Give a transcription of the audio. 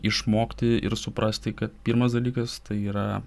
išmokti ir suprasti kad pirmas dalykas tai yra